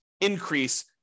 increase